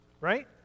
right